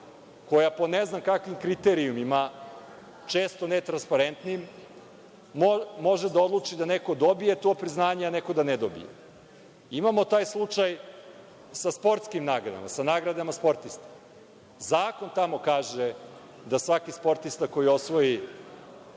koja po ne znam kojim kriterijumima, često netransparentnim, može da odluči da neko dobije to priznanje, a neko da ne dobije. Imamo taj slučaj sa sportskim nagradama, sa nagradama sportista. Zakon tamo kaže da svaki sportista koji osvoji